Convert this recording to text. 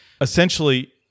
essentially